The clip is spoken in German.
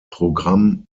programm